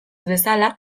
bezala